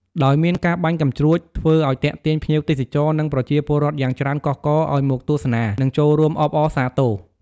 ដោយមានការបាញ់កាំជ្រួច ធ្វើឲ្យទាក់ទាញភ្ញៀវទេសចរ និងប្រជាពលរដ្ឋយ៉ាងច្រើនកុះករឲ្យមកទស្សនា និងចូលរួមអបអរសាទរ។